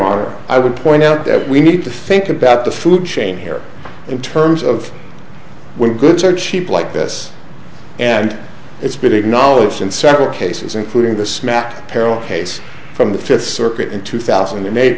honor i would point out that we need to think about the food chain here in terms of when goods are cheap like this and it's been acknowledged in several cases including the smack parallel case from the fifth circuit in two thousand and eight